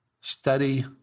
Study